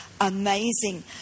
amazing